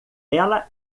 ela